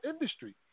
industry